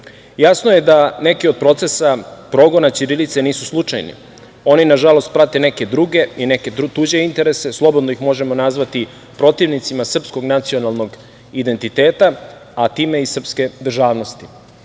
je da neki od procesa progona ćirilice nisu slučajni. Oni nažalost prate neke druge i neke tuđe interese, slobodno ih možemo nazvati protivnicima srpskog nacionalnog identiteta, a time i srpske državnosti.